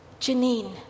Janine